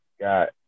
got